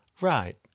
Right